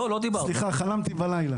סליחה, חלמתי בלילה.